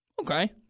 Okay